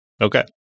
Okay